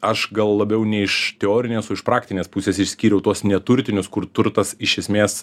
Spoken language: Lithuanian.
aš gal labiau ne iš teorinės o iš praktinės pusės išskyriau tuos neturtinius kur turtas iš esmės